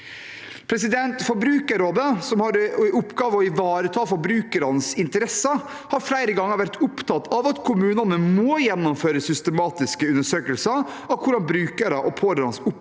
kommunene. Forbrukerrådet, som har i oppgave å ivareta forbrukernes interesser, har flere ganger vært opptatt av at kommunene må gjennomføre systematiske undersøkelser av hvordan brukere og pårørende opplever